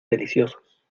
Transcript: deliciosos